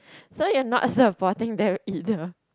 so you are not supporting them either